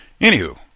Anywho